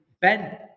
Ben